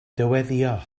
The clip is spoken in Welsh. dyweddïo